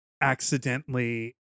accidentally